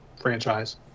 franchise